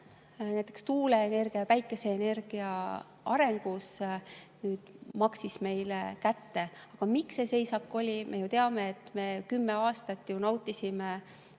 näiteks tuuleenergia ja päikeseenergia arengus maksis nüüd meile kätte. Aga miks see seisak oli? Me ju teame, et me 10 aastat nautisime